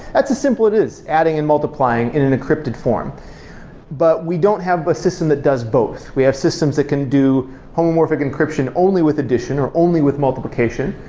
that's as simple it is, adding and multiplying in an encrypted form but we don't have a system that does both. we have systems that can do homomorphic encryption only with addition, or only with multiplication,